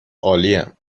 عالیم